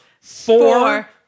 Four